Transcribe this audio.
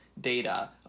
data